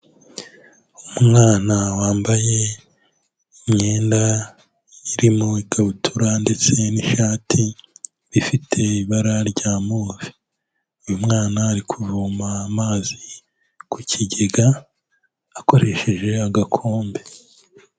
Umwana wambaye imyenda, irimo ikabutura ndetse n'ishati bifite ibara rya move. Uyu mwana ari kuvoma amazi ku kigega, akoresheje agakombe.